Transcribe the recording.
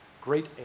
great